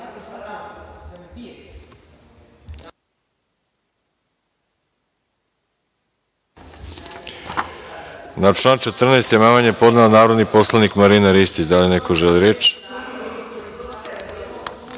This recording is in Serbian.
amandman je podneo narodni poslanik Marina Ristić. Da li neko želi reč?